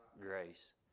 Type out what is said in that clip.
grace